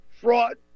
fraud